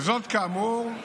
זאת, כאמור,